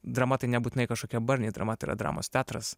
drama tai nebūtinai kažkokie barniai drama tai yra dramos teatras